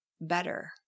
better